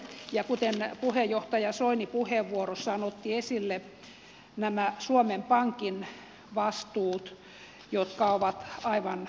ja kuten puheenjohtaja soini puheenvuorossaan otti esille kun nämä suomen pankin vastuut ovat aivan valtavia